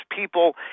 people